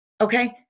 Okay